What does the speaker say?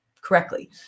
correctly